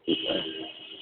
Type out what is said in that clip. ठीक आहे